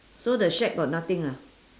so the shack got nothing ah